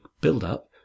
build-up